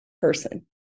person